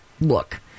look